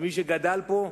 למי שגדל פה,